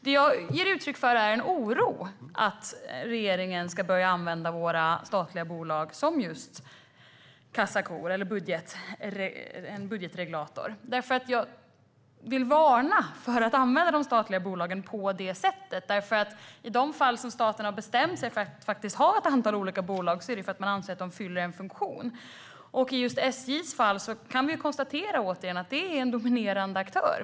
Det jag ger uttryck för är en oro för att regeringen ska börja använda våra statliga bolag som just kassakor eller budgetregulatorer. Jag vill varna för att använda de statliga bolagen på det sättet, därför att i de fall som staten har bestämt sig för att ha ett antal olika bolag är det för att man anser att de fyller en funktion. I just SJ:s fall kan vi konstatera att bolaget är en dominerande aktör.